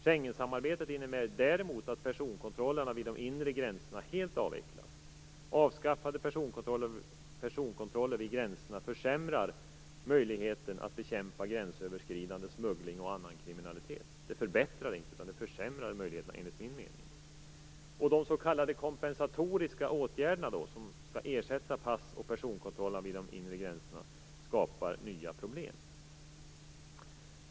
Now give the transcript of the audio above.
Schengensamarbetet innebär däremot att personkontrollerna vid de inre gränserna helt avvecklas. Avskaffade personkontroller vid gränserna försämrar möjligheten att bekämpa gränsöverskridande smuggling och annan kriminalitet. Det förbättrar inte, det försämrar möjligheterna, enligt min mening. De s.k. kompensatoriska åtgärderna, som skall ersätta pass och personkontroll vid de inre gränserna, skapar nya problem.